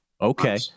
Okay